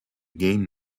game